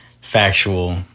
factual